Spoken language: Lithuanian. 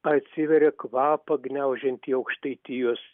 atsiveria kvapą gniaužianti aukštaitijos